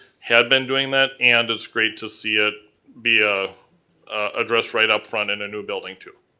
had been doing that, and it's great to see it be ah addressed right upfront in a new building too.